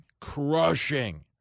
crushing